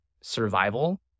survival